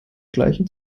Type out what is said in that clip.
gleichen